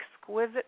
exquisite